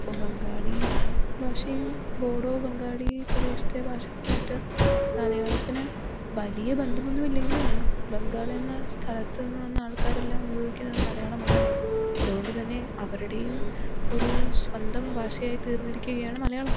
അപ്പോൾ ബംഗാളി ഭാഷയും ബോഡോ ബംഗാളി പ്രദേശത്തെ ഭാഷകളുമായിട്ട് മലയാളത്തിന് വലിയ ബന്ധമൊന്നും ഇല്ലെങ്കിലും ബംഗാൾ എന്ന സ്ഥലത്ത് എന്ന് വന്ന ആൾക്കാരെല്ലാം ഉപയോഗിക്കുന്നത് മലയാളമാണല്ലോ അതുകൊണ്ട് തന്നെ അവരുടേയും ഒരു സ്വന്തം ഭാഷയായ് തീർന്നിരിക്കുകയാണ് മലയാളം